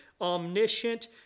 omniscient